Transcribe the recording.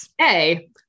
A-